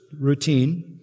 routine